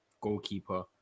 goalkeeper